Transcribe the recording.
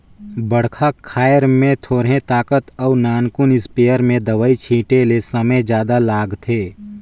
बड़खा खायर में थोरहें ताकत अउ नानकुन इस्पेयर में दवई छिटे ले समे जादा लागथे